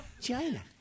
China